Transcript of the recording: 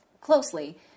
closely